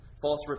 False